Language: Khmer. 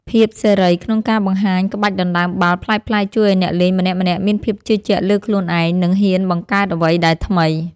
ភាពសេរីក្នុងការបង្ហាញក្បាច់ដណ្តើមបាល់ប្លែកៗជួយឱ្យអ្នកលេងម្នាក់ៗមានភាពជឿជាក់លើខ្លួនឯង និងហ៊ានបង្កើតអ្វីដែលថ្មី។